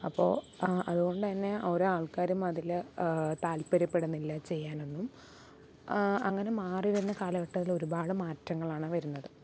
അപ്പോൾ ആ അതുകൊണ്ട് തന്നെ ഓരോ ആൾക്കാരും അതില് താല്പര്യപ്പെടുന്നില്ല ചെയ്യാനൊന്നും അങ്ങനെ മാറിവന്ന കാലഘട്ടത്തിൽ ഒരുപാട് മാറ്റങ്ങളാണ് വരുന്നത്